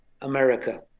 America